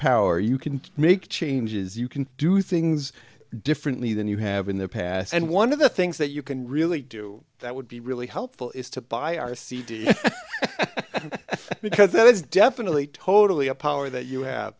power you can make changes you can do things differently than you have in the past and one of the things that you can really do that would be really helpful is to buy our city because that is definitely totally a power that you have